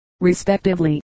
respectively